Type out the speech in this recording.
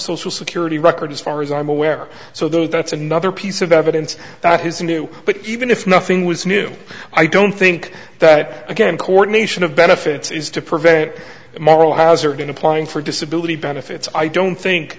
social security record as far as i'm aware so that's another piece of evidence that his new but even if nothing was new i don't think that again coordination of benefits is to prevent moral hazard in applying for disability benefits i don't think